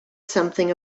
something